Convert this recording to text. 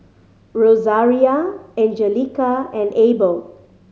Rosaria Anjelica and Abel